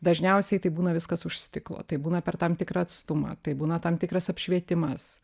dažniausiai tai būna viskas už stiklo tai būna per tam tikrą atstumą tai būna tam tikras apšvietimas